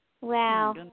Wow